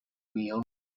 meal